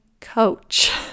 coach